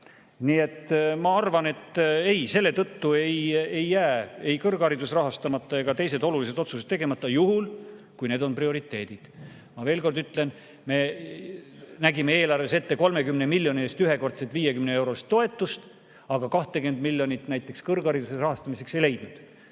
Nii et ma arvan, et ei, selle tõttu ei jää ei kõrgharidus rahastamata ega teised olulised otsused tegemata, juhul kui need on prioriteedid. Ma veel kord ütlen: me nägime eelarves ette 30 miljoni eest ühekordset 50‑eurost toetust, aga 20 miljonit näiteks kõrghariduse rahastamiseks ei leidnud.